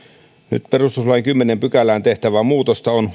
nyt perustuslain kymmenenteen pykälään tehtävää muutosta on